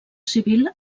civil